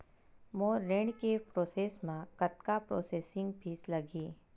मोर ऋण के प्रोसेस म कतका प्रोसेसिंग फीस लगही?